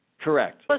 Correct